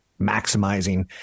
maximizing